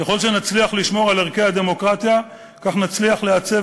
ככל שנצליח לשמור על ערכי הדמוקרטיה כך נצליח לעצב